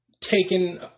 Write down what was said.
taken